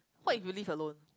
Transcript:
what if you live alone